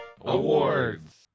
Awards